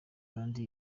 kandi